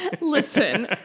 Listen